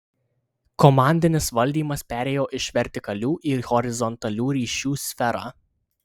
komandinis valdymas perėjo iš vertikalių į horizontalių ryšių sferą